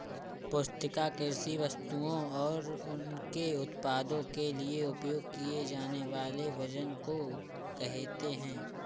पुस्तिका कृषि वस्तुओं और उनके उत्पादों के लिए उपयोग किए जानेवाले वजन को कहेते है